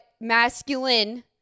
masculine